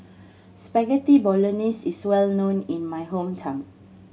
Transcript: Spaghetti Bolognese is well known in my hometown